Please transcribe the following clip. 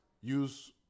Use